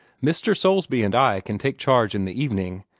mr. soulsby and i can take charge in the evening,